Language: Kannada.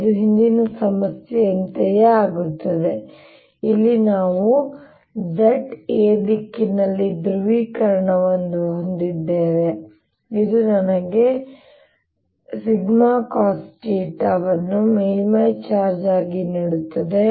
ಇದು ಹಿಂದಿನ ಸಮಸ್ಯೆಯಂತೆಯೇ ಆಗುತ್ತದೆ ಅಲ್ಲಿ ನಾವು z a ದಿಕ್ಕಿನಲ್ಲಿ ಧ್ರುವೀಕರಣವನ್ನು ಹೊಂದಿದ್ದೇವೆ ಇದು ನನಗೆ cosθ ವನ್ನು ಮೇಲ್ಮೈ ಚಾರ್ಜ್ ಆಗಿ ನೀಡುತ್ತದೆ